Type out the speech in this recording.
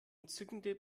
entzückende